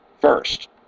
first